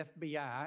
FBI